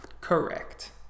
Correct